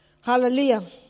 Hallelujah